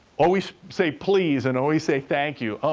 always say please and always say thank you. oh,